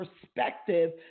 perspective